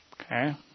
Okay